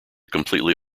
completely